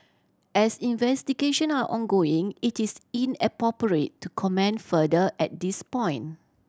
as investigation are ongoing it is inappropriate to comment further at this point